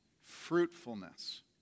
fruitfulness